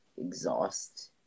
exhaust